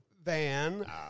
Van